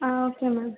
ah okay ma'am